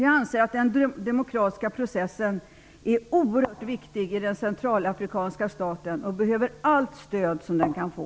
Jag anser att den demokratiska processen är oerhört viktig i den centralafrikanska staten och behöver allt stöd som den kan få.